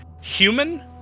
human